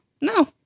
No